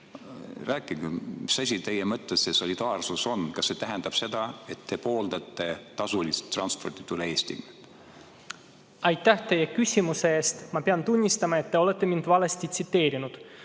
Rääkige, mis asi teie mõttes see solidaarsus on. Kas see tähendab seda, et te pooldate tasulist transporti üle Eesti? Aitäh teile küsimuse eest! Ma pean tunnistama, et te olete mind valesti tsiteerinud.